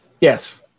Yes